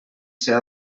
ser